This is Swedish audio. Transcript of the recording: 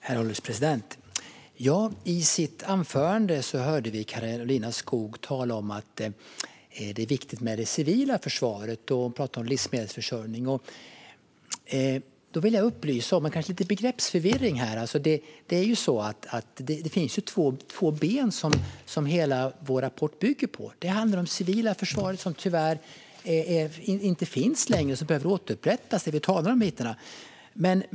Herr ålderspresident! I sitt anförande hörde vi Karolina Skog tala om att det är viktigt med det civila försvaret. Hon pratade om livsmedelsförsörjning. Då vill jag upplysa om något - det är kanske lite begreppsförvirring här. Det finns två ben som hela vår rapport bygger på. Det handlar om det civila försvaret, som tyvärr inte finns längre och som behöver återupprättas.